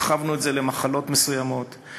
הרחבנו את זה למחלות מסוימות,